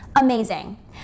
Amazing